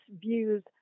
views